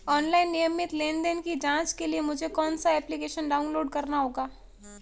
Online नियमित लेनदेन की जांच के लिए मुझे कौनसा एप्लिकेशन डाउनलोड करना होगा?